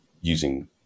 using